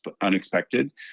unexpected